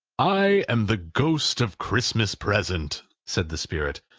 i am the ghost of christmas present, said the spirit.